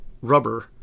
rubber